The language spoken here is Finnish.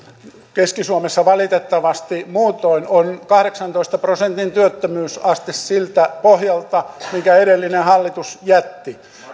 keski suomessa valitettavasti muutoin on kahdeksantoista prosentin työttömyysaste siltä pohjalta minkä edellinen hallitus jätti